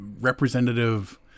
representative